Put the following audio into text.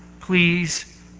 please